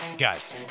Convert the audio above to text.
guys